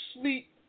sleep